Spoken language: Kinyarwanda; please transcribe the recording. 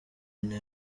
nayo